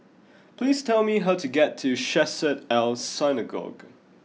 please tell me how to get to Chesed El Synagogue